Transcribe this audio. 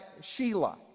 Sheila